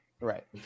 Right